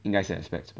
应该是 expats